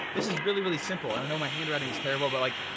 this is really, really simple. and i know my handwriting's terrible, but like,